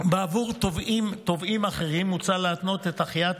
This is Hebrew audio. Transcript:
בעבור תובעים אחרים מוצע להתנות את החייאת